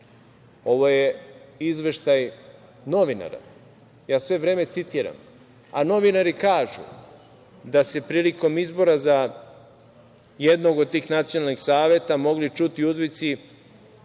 ovo je izveštaj novinara, ja sve vreme citiram, a novinaru kažu – da se prilikom izbora za jednog od tih nacionalnih saveta mogli čuti uzvici,